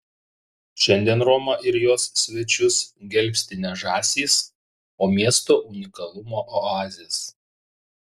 šiandien romą ir jos svečius gelbsti ne žąsys o miesto unikalumo oazės